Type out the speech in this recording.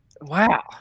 wow